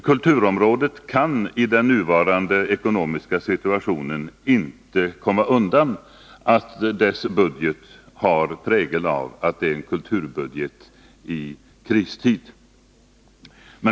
Kulturområdet kan i den = nuvarande ekonomiska situationen inte komma undan att dess budget har prägel av att det är en kulturbudget i kristid.